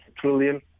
trillion